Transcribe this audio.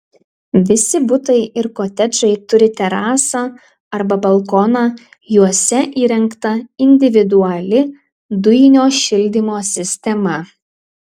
visi butai ir kotedžai turi terasą arba balkoną juose įrengta individuali dujinio šildymo sistema